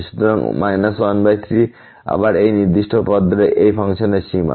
সুতরাং 13 আবার এই নির্দিষ্ট পথ ধরে এই ফাংশনের সীমা